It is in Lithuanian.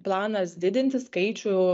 planas didinti skaičių